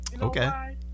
Okay